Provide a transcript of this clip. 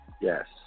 Yes